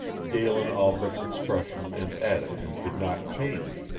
galen albret's expression and attitude did not change.